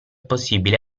possibile